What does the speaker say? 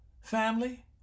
family